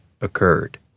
occurred